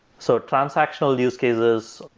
so transactional use cases,